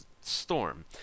Storm